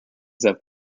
that